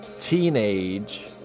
teenage